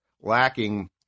lacking